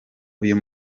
uyu